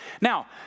now